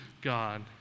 God